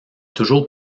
toujours